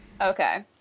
Okay